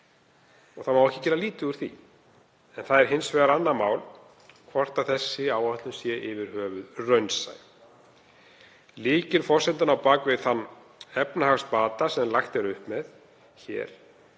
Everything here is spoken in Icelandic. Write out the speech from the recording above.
jákvæður, ekki má gera lítið úr því, en það er hins vegar annað mál hvort þessi áætlun sé yfir höfuð raunsæ. Lykilforsenda á bak við þann efnahagsbata sem lagt er upp með er